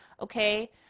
Okay